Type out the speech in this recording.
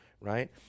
right